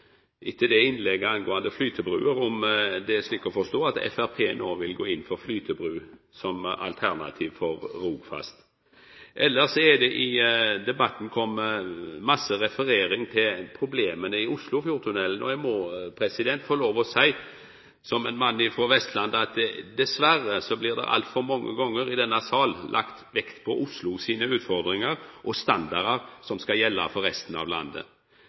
etter innlegget om flytebruer – er det slik å forstå at Framstegspartiet no vil gå inn for flytebru som alternativ for Rogfast? Elles er det i debatten referert mykje til problema i Oslofjordtunnelen. Eg må få lov til å seia, som ein mann frå Vestlandet, at dessverre blir det altfor mange gonger i denne salen lagt vekt på Oslo sine utfordringar og standardar – som skal gjelda for resten av landet.